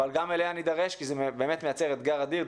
אבל גם אליה נידרש כי זה באמת מייצר אתגר אדיר.